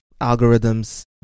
algorithms